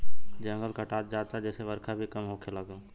जंगल कटात जाता जेसे बरखा भी कम होखे लागल